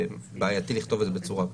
בעייתי לכתוב את זה בצורה כזאת.